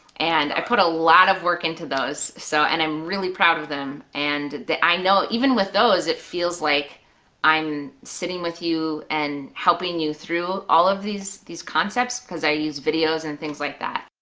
and i put a lot of work into those so and i'm really proud of them, and i know even with those it feels like i'm sitting with you and helping you through all of these these concepts because i use videos and things like that.